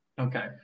Okay